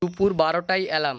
দুপুর বারোটায় অ্যালার্ম